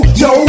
yo